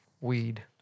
weed